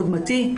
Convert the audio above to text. קודמתי,